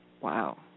Wow